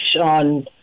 on